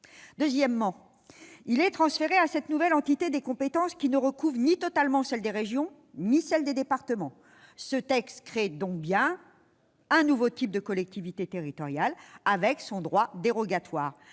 Deuxièmement, il est transféré à cette nouvelle entité des compétences qui ne recouvrent ni totalement celles des régions ni celles des départements ! Ce texte crée donc bien un nouveau type de collectivité territoriale avec un droit dérogatoire-